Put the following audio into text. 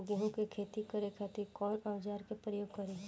गेहूं के खेती करे खातिर कवन औजार के प्रयोग करी?